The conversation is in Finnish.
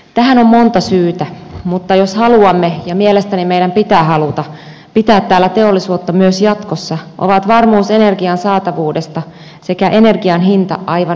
tähän on monta syytä mutta jos haluamme ja mielestäni meidän pitää haluta pitää täällä teollisuutta myös jatkossa ovat varmuus energian saatavuudesta sekä energian hinta aivan ydinkysymyksiä